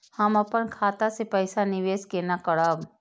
हम अपन खाता से पैसा निवेश केना करब?